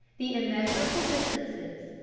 the immeasurable distances,